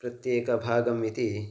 प्रत्येकभागम् इति